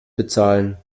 bezahlen